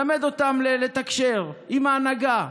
שילמד אותם לתקשר עם ההנהגה.